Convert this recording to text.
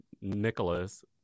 Nicholas